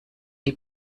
die